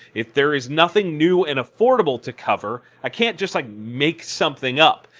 if there is nothing new and affordable to cover, i can't just like make something up.